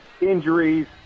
injuries